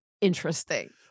interesting